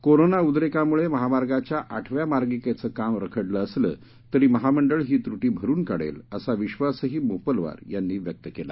corona उद्रेकामुळे महामार्गाच्या आठव्या मार्गिकेचं काम रखडलं असलं तरी महामंडळ ही त्रटी भरुन काढेल असा विश्वासही मोपलवार यांनी व्यक्त केला